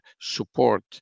support